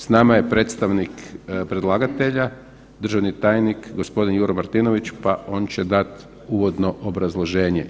S nama je predstavnik predlagatelja, državni tajnik Juro Martinović, pa on će dati uvodno obrazloženje.